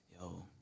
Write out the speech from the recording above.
yo